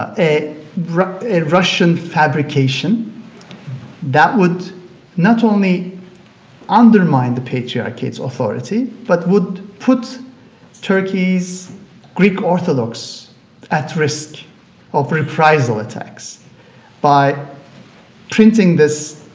a russian a russian fabrication that would not only undermine the patriarchate's authority but would put turkey's greek orthodox at risk of reprisal attacks by printing this,